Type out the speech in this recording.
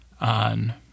on